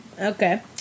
okay